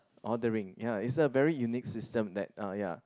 ordering ya it's a very unique system that uh ya